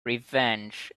revenge